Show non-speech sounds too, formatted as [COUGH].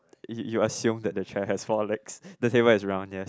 [NOISE] you assume that the chair has four legs the table is round yes